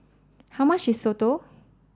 how much is Soto